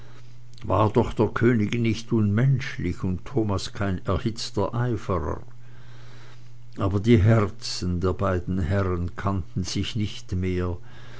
war doch der könig nicht unmenschlich und thomas kein erhitzter eiferer aber die herzen der beiden herren kannten sich nicht mehr